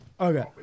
okay